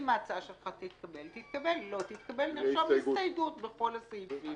אם ההצעה שלך תתקבל תתקבל; לא תתקבל נרשום הסתייגות בכל הסעיפים.